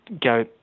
go